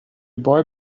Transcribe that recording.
boy